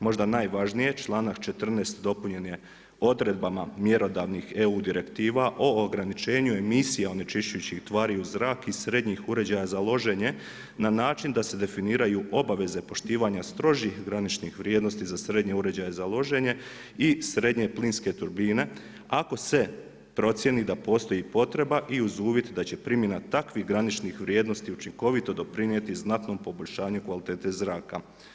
Možda najvažnije, članak 14. dopunjen je odredbama mjerodavnih EU direktiva o ograničenju emisija onečišćujućih tvari u zrak i srednjih uređaja za loženje na način da se definiraju obaveze poštivanja strožih graničnih vrijednosti za srednje uređaje za loženje i srednje plinske turbine ako se procijeni da postoji potreba i uz uvjet da će primjena takvih graničnih vrijednosti učinkovito doprinijeti znatnom poboljšanju kvalitete zraka.